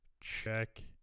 check